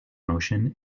motion